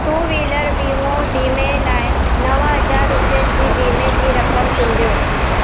two wheeler बीमो बीमे लाइ नव हज़ार रुपियनि जी बीमे जी रक़म चूंॾियो